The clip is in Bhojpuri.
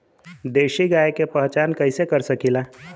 देशी गाय के पहचान कइसे कर सकीला?